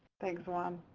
thanks juan.